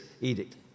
edict